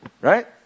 right